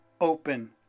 open